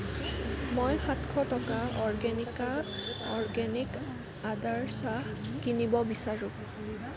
মই সাতশ টকা অৰ্গেনিকা অৰ্গেনিক আদাৰ চাহ কিনিব বিচাৰোঁ